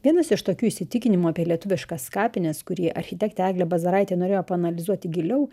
vienas iš tokių įsitikinimų apie lietuviškas kapines kurį architektė eglė bazaraitė norėjo paanalizuoti giliau